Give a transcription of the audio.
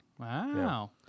Wow